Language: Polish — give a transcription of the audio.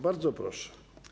Bardzo proszę.